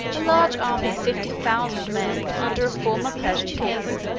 a large army of fifty thousand men, under a former persian king,